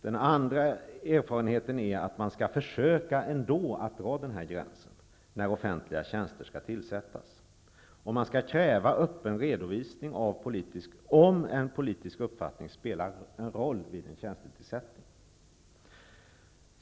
Den andra erfarenheten är att man ändå skall försöka att dra den gränsen när offentliga tjänster skall tillsättas och att man skall kräva öppen redovisning, om politisk uppfattning spelar roll vid en tjänstetillsättning.